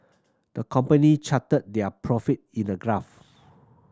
the company charted their profit in a graph